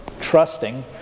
trusting